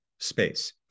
space